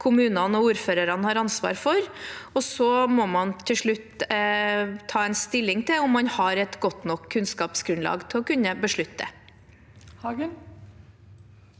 kommunene og ordførerne har ansvar for, og så må man til slutt ta stilling til om man har et godt nok kunnskapsgrunnlag til å kunne beslutte.